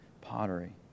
pottery